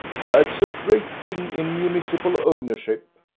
that's a great thing in municipal ownership.